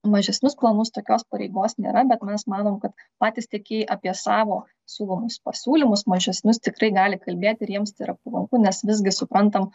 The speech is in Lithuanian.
mažesnius planus tokios pareigos nėra bet mes manom kad patys tiekėjai apie savo siūlomus pasiūlymus mažesnius tikrai gali kalbėti ir jiems tai yra palanku nes visgi suprantam